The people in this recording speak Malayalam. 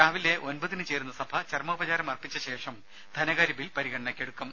രാവിലെ ഒൻപതിന് ചേരുന്ന സഭ ചരമോപചാരം അർപ്പിച്ച ശേഷം ധനകാര്യബിൽ പരിഗണനയ്ക്കെടുക്കും